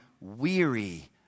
weary